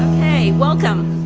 okay, welcome,